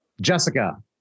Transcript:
Jessica